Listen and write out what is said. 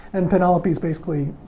and penelope is basically,